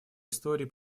истории